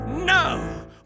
No